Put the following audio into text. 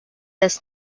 this